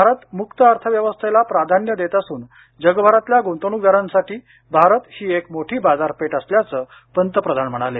भारत मुक्त अर्थव्यवस्थेला प्राधान्य देत असून जगभरातल्या गुंतवणूकदारांसाठी भारत ही एक मोठी बाजारपेठ असल्याचं पंतप्रधान म्हणाले